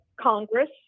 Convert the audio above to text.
Congress